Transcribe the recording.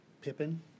Pippin